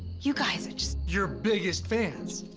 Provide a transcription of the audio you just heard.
you guys are just your biggest fans.